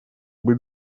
быть